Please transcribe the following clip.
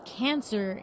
cancer